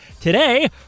Today